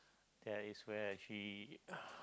there is where actually